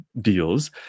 deals